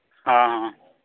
ᱦᱮᱸ